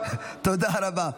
תודה רבה.